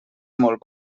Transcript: molt